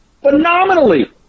phenomenally